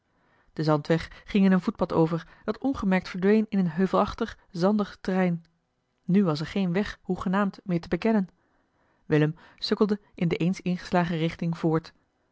de zandweg ging in een voetpad over dat ongemerkt verdween in een heuvelachtig zandig terrein nu was er geen weg hoegenaamd meer te bekennen willem sukkelde in de eens ingeslagen richting voort